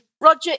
Roger